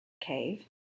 cave